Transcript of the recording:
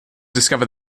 discover